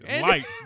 Lights